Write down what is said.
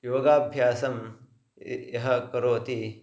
योगाभ्यासं यः करोति